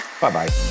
Bye-bye